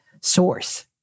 source